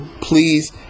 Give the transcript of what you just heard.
please